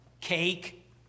cake